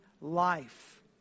life